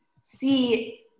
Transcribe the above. see